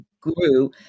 grew